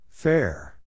Fair